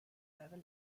över